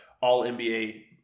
all-NBA